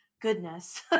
goodness